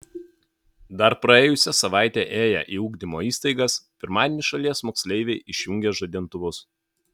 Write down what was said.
dar praėjusią savaitę ėję į ugdymo įstaigas pirmadienį šalies moksleiviai išjungė žadintuvus